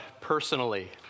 personally